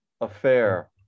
affair